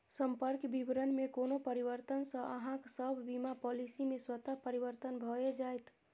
संपर्क विवरण मे कोनो परिवर्तन सं अहांक सभ बीमा पॉलिसी मे स्वतः परिवर्तन भए जाएत